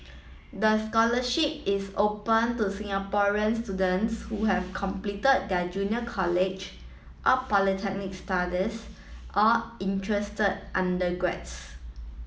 the scholarship is open to Singaporean students who have completed their junior college or polytechnic studies or interest undergraduates